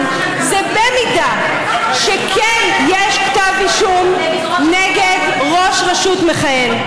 זה שאם כן יש כתב אישום נגד ראש רשות מכהן,